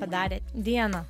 padarė diana